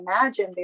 imagine